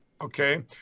okay